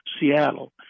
Seattle